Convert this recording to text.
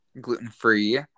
gluten-free